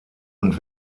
und